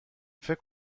فکر